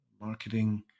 marketing